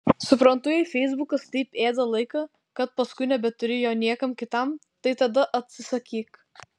suprantu jei feisbukas taip ėda laiką kad paskui nebeturi jo niekam kitam tai tada atsisakyk